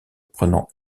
prenant